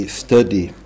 study